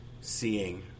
seeing